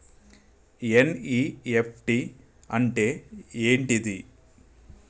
NEFT అంటే ఏంటిది?